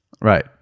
right